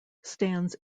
stands